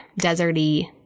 deserty